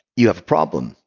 you have a problem.